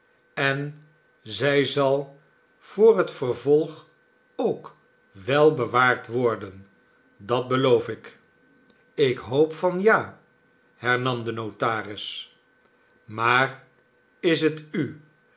en zij zal voor het vervolg ook wel bewaard worden dat beloof ik ik hoop van ja hernam de notaris maar is hetu